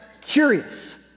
curious